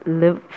live